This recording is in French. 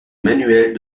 manuels